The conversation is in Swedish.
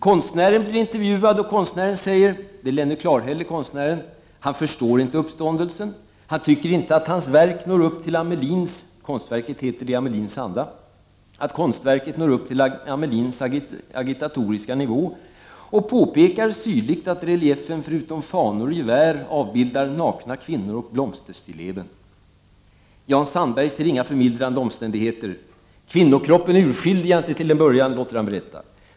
Konstnären, Lenny Clarhäll, som också intervjuades, säger att han inte förstår uppståndelsen. Han anser att hans verk — som heter I Amelins anda - inte når upp till Amelins agitatoriska nivå och påpekar syrligt att reliefen förutom fanor och gevär avbildar nakna kvinnor och blomsterstilleben. Jan Sandberg ser inte några förmildrande omständigheter och berättar att han till en början inte urskiljde kvinnokroppen.